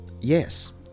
Yes